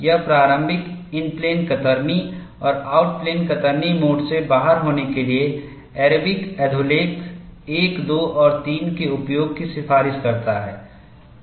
यह प्रारंभिक in plane कतरनी और आउट प्लेन कतरनी मोड से बाहर होने के लिए ऐरबिक अधोलेख 1 2 और 3 के उपयोग की सिफारिश करता है